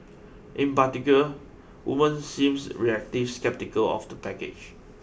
in particular women seemes reactive sceptical of the package